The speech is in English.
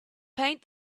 paint